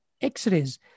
x-rays